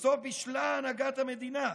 לבסוף בישלה הנהגת המדינה,